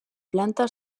planta